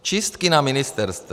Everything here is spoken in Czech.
Čistky na ministerstvech.